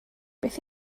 beth